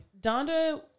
Donda